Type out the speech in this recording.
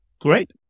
Great